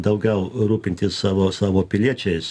daugiau rūpintis savo savo piliečiais